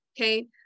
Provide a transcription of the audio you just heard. okay